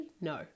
No